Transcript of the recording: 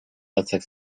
latzak